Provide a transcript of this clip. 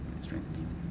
strengthening